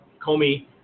Comey